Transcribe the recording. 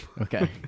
okay